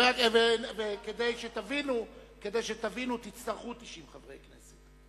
וכדי שתבינו, תצטרכו 90 חברי כנסת.